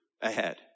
ahead